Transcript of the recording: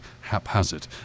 haphazard